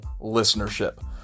listenership